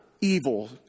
evil